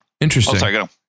Interesting